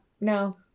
no